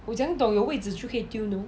我怎样懂有位子就可以丢 you know